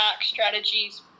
strategies